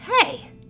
Hey